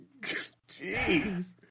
jeez